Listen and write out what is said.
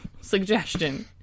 suggestion